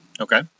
Okay